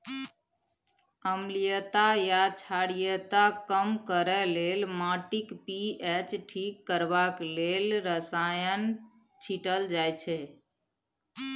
अम्लीयता या क्षारीयता कम करय लेल, माटिक पी.एच ठीक करबा लेल रसायन छीटल जाइ छै